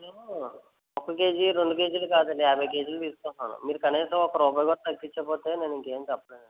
మేము ఒక కేజీ రెండు కేజీలు కాదండి యాభై కేజీలు తీసుకుంటున్నాం మీరు కనీసం ఒక రూపాయి కూడా తగ్గించకపోతే నేను ఇంకా ఏం చెప్పలేనండి